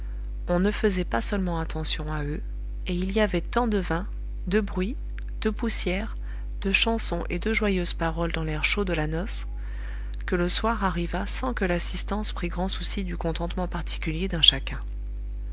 on ne faisait pas seulement attention à eux et il y avait tant de vin de bruit de poussière de chansons et de joyeuses paroles dans l'air chaud de la noce que le soir arriva sans que l'assistance prît grand souci du contentement particulier d'un chacun